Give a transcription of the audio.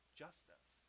justice